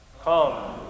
Come